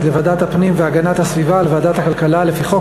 לוועדת הפנים והגנת הסביבה ולוועדת הכלכלה לפי חוק